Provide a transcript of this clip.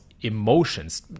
emotions